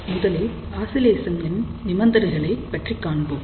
முதலில் ஆசிலேசனின் நிபந்தனைகளை பற்றி காண்போம்